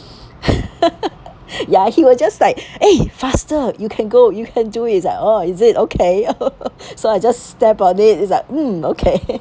ya he will just like eh faster you can go you can do it is like orh is it okay so I just stepped on it is like mm okay